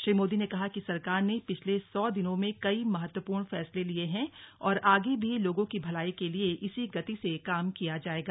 श्री मोदी ने कहा कि सरकार ने पिछले सौ दिनों में कई महत्वपूर्ण फैसले लिये हैं और आगे भी लोगों की भलाई के लिए इसी गति से काम किया जाएगा